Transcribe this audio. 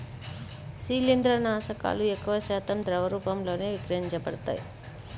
శిలీంద్రనాశకాలు ఎక్కువశాతం ద్రవ రూపంలోనే విక్రయించబడతాయి